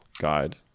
guide